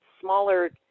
smaller